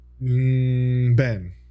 Ben